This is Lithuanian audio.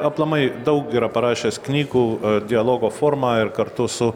aplamai daug yra parašęs knygų dialogo forma ir kartu su